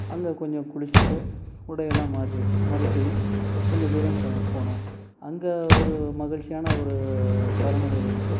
அங்கே கொஞ்சம் குளித்துட்டு உடை எல்லாம் மாற்றிட்டு மறுபடியும் கொஞ்சம் தூரம் செ போனோம் அங்கே ஒரு மகிழ்ச்சியான ஒரு தருணம் இருந்துச்சி